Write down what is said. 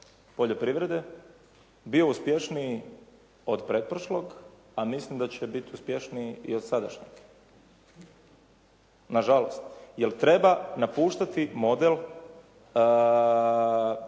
poljoprivrede bio uspješniji od pretprošlog, a mislim da će biti uspješniji i od sadašnjeg, na žalost. Jer treba napuštati model